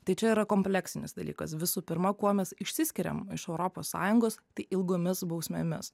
tai čia yra kompleksinis dalykas visų pirma kuo mes išsiskiriam iš europos sąjungos tai ilgomis bausmėmis